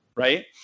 Right